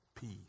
peace